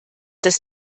das